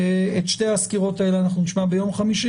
את שתי הסקירות האלה נשמע ביום חמישי